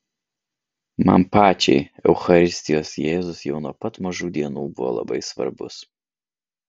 man pačiai eucharistijos jėzus jau nuo pat mažų dienų buvo labai svarbus